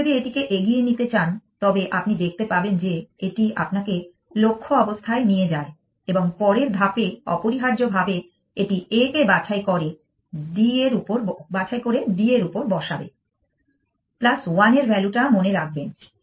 আপনি যদি এটিকে এগিয়ে নিতে চান তবে আপনি দেখতে পাবেন যে এটি আপনাকে লক্ষ্য অবস্থায় নিয়ে যায় এবং পরের ধাপে অপরিহার্যভাবে এটি A কে বাছাই করে D এর উপরে বসাবে প্লাস 1 এর ভ্যালুটা মনে রাখবেন